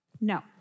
No